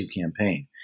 campaign